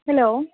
hello